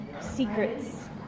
secrets